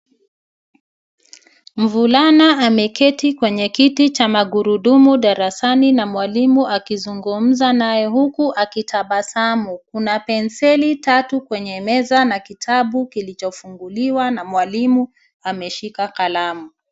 Mvulana ameketi kwenye kiti cha magurudumu darasani na mwalimu akizungumuza naye huku akitabasamu. Kuna penseli tatu kwenye meza na kitabu kilichofunguliwa na mwalimu ameshika kalamu.